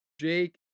Jake